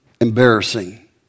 embarrassing